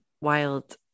wild